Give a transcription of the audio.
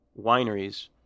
wineries